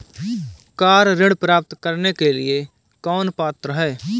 Car ऋण प्राप्त करने के लिए कौन पात्र है?